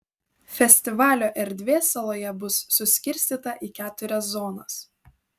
festivalio erdvė saloje bus suskirstyta į keturias zonas